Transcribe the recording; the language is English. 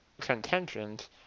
contentions